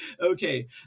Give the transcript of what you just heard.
Okay